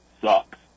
sucks